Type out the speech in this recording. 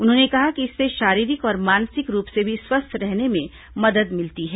उन्होंने कहा कि इससे शारीरिक और मानसिक रूप से भी स्वस्थ रहने में मदद मिलती है